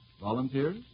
Volunteers